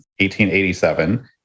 1887